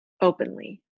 openly